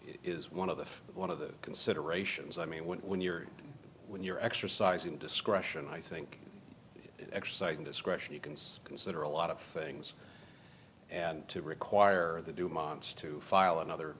is one of the one of the considerations i mean when you're when you're exercising discretion i think exercising discretion you can consider a lot of things and to require the dumont's to file another